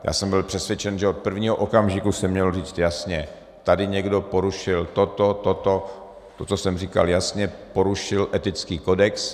Já jsem byl přesvědčen, že od prvního okamžiku se mělo říct jasně: tady někdo porušil toto, toto, to, co jsem říkal jasně, porušil etický kodex.